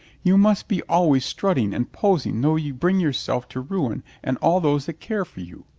you must be always strutting and posing though you bring yourself to ruin and all those that care for you.